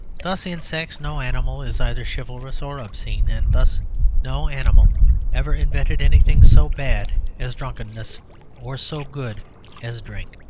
thus, in sex no animal is either chivalrous or obscene. and thus no animal ever invented anything so bad as drunkenness or so good as drink.